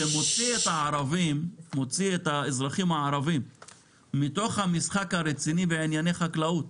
זה מוציא את האזרחים הערבים מתוך המשחק הרציני בענייני חקלאות.